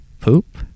poop